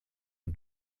ont